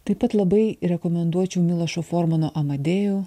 taip pat labai rekomenduočiau milošo formano amadeų